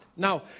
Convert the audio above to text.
Now